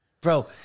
Bro